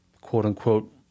quote-unquote